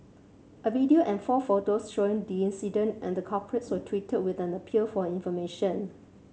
a video and four photos showing the incident and the culprits were tweeted with an appeal for information